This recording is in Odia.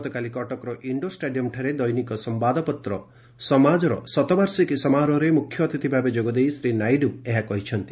ଗତକାଲି କଟକର ଇଣ୍ଡୋର ଷ୍ଟାଡିୟମ୍ଠାରେ ଦୈନିକ ସମ୍ୟାଦପତ୍ର ସମାଜର ଶତବାର୍ଷିକୀ ସମାରୋହରେ ମୁଖ୍ୟ ଅତିଥି ଭାବେ ଯୋଗ ଦେଇ ଶ୍ରୀ ନାଇଡୁ ଏହା କହିଛନ୍ତି